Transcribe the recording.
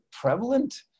prevalent